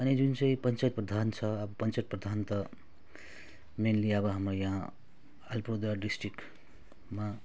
अनि जुन चाहिँ पञ्चायत प्रधान छ अब पञ्चायत प्रधान त मेनली अब हाम्रो यहाँ अलिपुरद्वार डिस्ट्रिक्टमा